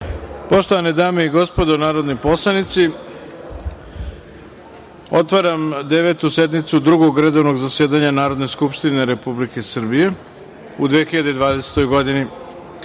Poštovane dame i gospodo narodni poslanici, otvaram Devetu sednicu Drugog redovnog zasedanja Narodne skupštine Republike Srbije u 2020. godini. Na